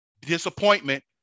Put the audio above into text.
disappointment